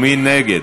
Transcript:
מי נגד?